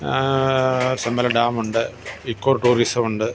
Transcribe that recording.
സെമ്മല ഡാമൊണ്ട് ഇക്കോ ടൂറിസവൊണ്ട്